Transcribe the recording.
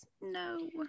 no